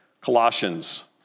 Colossians